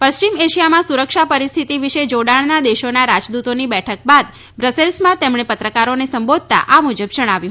પશ્ચિમ એશિયામાં સુરક્ષા પરિસ્થિતિ વિશે જોડાણના દેશોના રાજદૂતોની બેઠક બાદ બ્રસેલ્સમાં તેમણે પત્રકારોને સંબોધતા આ મુજબ જણાવ્યું